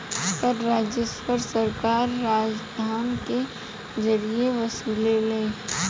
कर राजस्व सरकार कराधान के जरिए वसुलेले